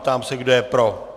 Ptám se, kdo je pro.